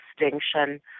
extinction